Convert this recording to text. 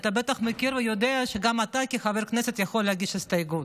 אתה בטח מכיר ויודע שגם אתה כחבר כנסת יכול להגיש הסתייגות.